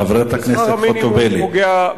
חברת הכנסת חוטובלי,